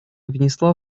внесла